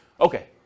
Okay